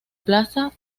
plaza